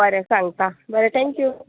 बरें सांगता बरें थेंक्यू